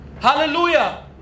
hallelujah